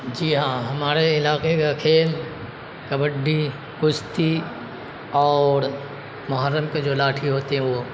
جی ہاں ہمارے علاقے کا کھیل کبڈی کشتی اور محرم کے جو لاٹھی ہوتی ہے وہ